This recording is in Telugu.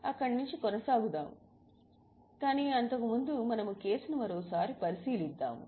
అక్కడ నుండి కొనసాగుతాము కాని మనము కేసును మరోసారి పరిశీలిస్తాము